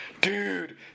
dude